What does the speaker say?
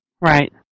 Right